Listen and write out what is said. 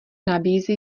nabízí